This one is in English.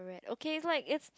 okay it's like it's